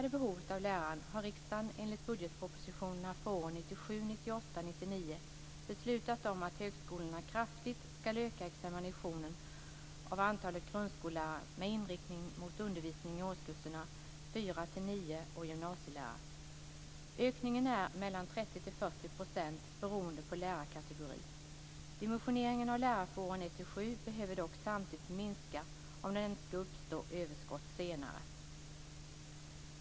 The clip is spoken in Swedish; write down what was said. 1998 och 1999 beslutat om att högskolorna kraftigt skall öka examinationen av antalet grundskollärare med inriktning mot undervisning i årskurserna 4-9 och gymnasielärare. Ökningen är 30-40 % beroende på lärarkategori. Dimensioneringen av lärare för åren 1-7 behöver dock samtidigt minska om det inte skall uppstå överskott senare.